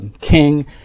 king